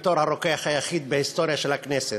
בתור הרוקח היחיד בהיסטוריה של הכנסת,